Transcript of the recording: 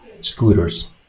Scooters